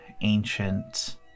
ancient